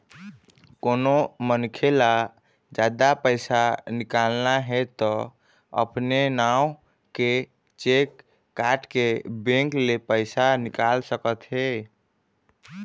कोनो मनखे ल जादा पइसा निकालना हे त अपने नांव के चेक काटके बेंक ले पइसा निकाल सकत हे